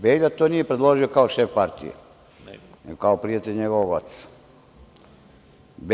Velja to nije predložio kao šef partije, nego kao prijatelj njegovog oca.